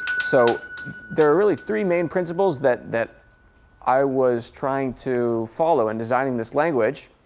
so there are really three main principles that that i was trying to follow in designing this language.